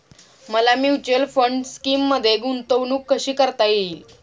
मला mutual fund स्कीममध्ये गुंतवणूक कशी सुरू करता येईल?